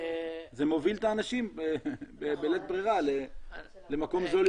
זה מוביל את האנשים בלית ברירה למקום זול יותר.